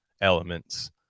elements